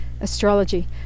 astrology